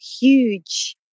huge